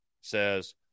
says